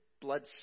blood